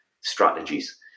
strategies